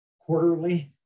quarterly